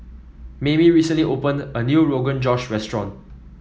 Maymie recently opened a new Rogan Josh restaurant